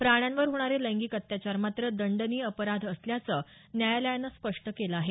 प्राण्यांवर होणारे लैंगिक अत्याचार मात्र दंडनीय अपराध असल्याचं न्यायालयानं स्पष्ट केलं आहे